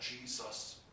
Jesus